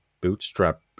bootstrap